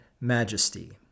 Majesty